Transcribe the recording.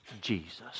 Jesus